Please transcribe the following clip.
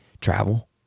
Travel